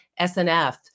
SNF